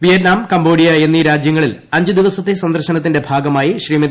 Vietnam Cambodia എന്നീ രാജ്യങ്ങളിൽ അഞ്ച് ദിവസത്തെ സന്ദർശനത്തിന്റെ ഭാഗമായി ശ്രീമതി